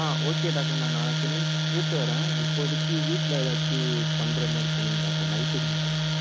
ஆ okay doctor நான் நாளைக்கு என்னென்னு கூப்பிட்டு வரேன் இப்போதிக்கு வீட்டில் ஏதாச்சி பண்ணுற மாதிரி சொல்லுங்க டாக்டர் நைட்டுக்கு மட்டும்